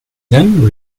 then